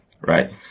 Right